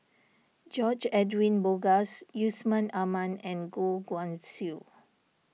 George Edwin Bogaars Yusman Aman and Goh Guan Siew